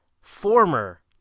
former